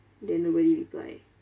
then nobody reply